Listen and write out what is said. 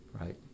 Right